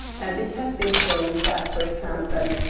and it has been shown that, for example,